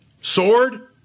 Sword